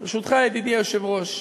ברשותך, ידידי היושב-ראש: